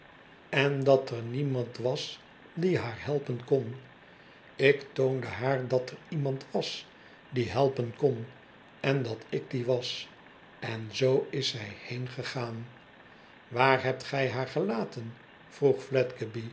en dat er niemand was die haar helpen kon ik toonde haar dat er iemand was die helpen kon en dat ik die was en zoo is zij heengegaan waar hebt gij haar gelaten vroeg